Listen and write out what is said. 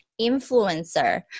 influencer